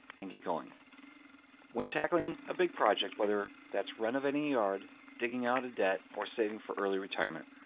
and get going when tackling a big project, whether that's renovating yard, digging out a debt, or saving for early retirement,